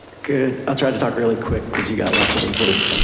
good, i'll try to talk really quick cause you got lots of importance.